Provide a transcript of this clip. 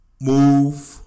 move